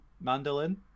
mandolin